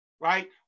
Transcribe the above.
right